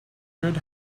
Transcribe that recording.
good